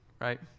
right